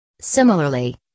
Similarly